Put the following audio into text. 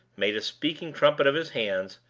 made a speaking-trumpet of his hands,